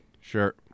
Sure